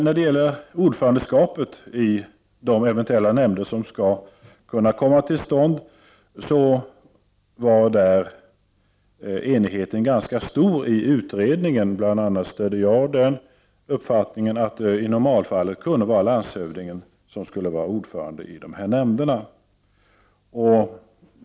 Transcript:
När det gäller ordförandeskapet i de eventuella nämnder som skall komma till stånd var enigheten ganska stor i utredningen. Bl.a. jag stödde den uppfattningen att landshövdingen i normalfallet kunde vara ordförande i dessa nämnder.